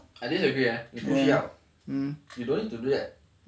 I disagree leh 你不需要 you don't need to do that